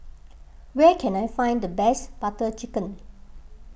where can I find the best Butter Chicken